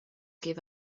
give